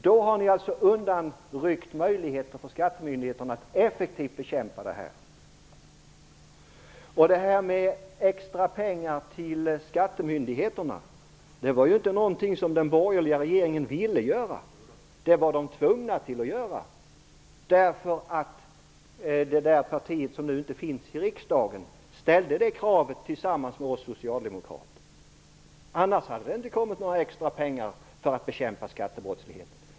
Därmed har ni ju undanryckt möjligheter för skattemyndigheterna att effektivt bekämpa skattefusk och skattebrottslighet. Det här med extrapengar till skattemyndigheterna är något som den borgerliga regeringen inte ville göra, utan det var man tvungen till därför att det parti som inte längre sitter med i riksdagen ställde krav här tillsammans med oss socialdemokrater. Om inte hade det inte kommit några extrapengar till att bekämpa skattebrottsligheten.